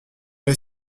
est